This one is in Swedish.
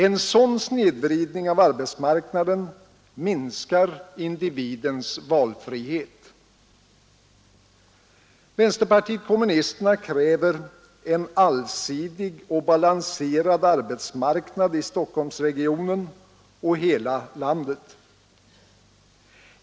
En sådan snedvridning av arbetsmarknaden minskar individens valfrihet. Vänsterpartiet kommunisterna kräver en allsidig och balanserad arbetsmarknad i Stockholmsregionen och i hela landet.